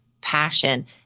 passion